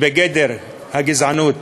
בגדר גזענות,